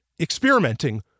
experimenting